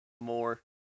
more